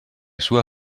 sua